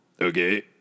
Okay